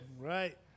Right